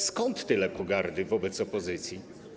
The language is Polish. Skąd tyle pogardy wobec opozycji?